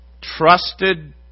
trusted